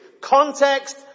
Context